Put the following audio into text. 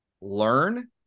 learn